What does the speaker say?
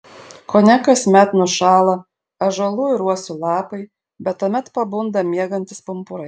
kone kasmet nušąla ąžuolų ir uosių lapai bet tuomet pabunda miegantys pumpurai